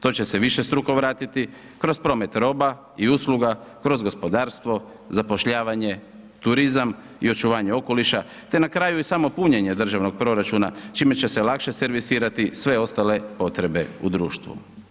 To će se višestruko vratiti, kroz promet roba i usluga, kroz gospodarstvo, zapošljavanje, turizam i očuvanje okoliša, te na kraju i samo punjenje državnog proračuna, čime će se lakše servisirati sve ostale potrebe u društvu.